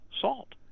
salt